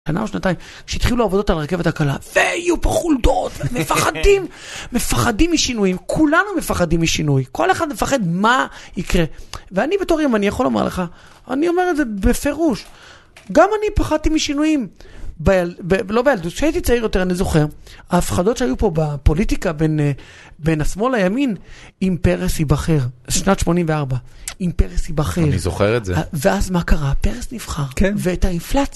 שנה או שנתיים שהתחילו לעבודות על הרכבת הקלה, והיו פה חולדות, מפחדים, מפחדים משינויים. כולנו מפחדים משינוי. כל אחד מפחד מה יקרה. ואני בתור ימני יכול לומר לך, אני אומר את זה בפירוש. גם אני פחדתי משינויים, לא בילדות, כשהייתי צעיר יותר אני זוכר. ההפחדות שהיו פה בפוליטיקה בין השמאל לימין עם פרס יבחר, שנת 84. עם פרס יבחר. אני זוכר את זה. ואז מה קרה? פרס נבחר. כן. והייה אינפלציה.